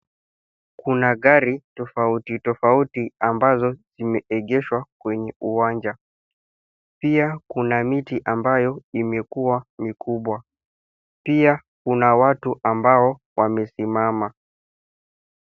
Kuna gari tofauti tofauti, ambazo zimeegeshwa kwenye uwanja. Pia kuna miti ambayo, imekuwa mikubwa. Pia kuna watu ambao, wamesimama.